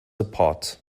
apart